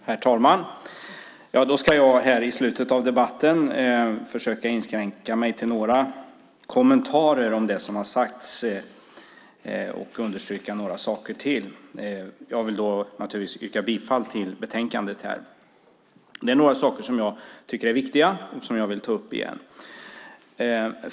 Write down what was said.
Herr talman! Jag ska så här i slutet av debatten försöka inskränka mig till några kommentarer till det som har sagts och understryka några saker till. Jag vill naturligtvis yrka bifall till förslaget i betänkandet. Det är också några saker jag tycker är viktiga och som jag vill ta upp igen.